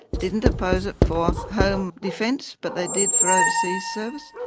didn't oppose it for home defence but they did for overseas service,